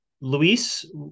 Luis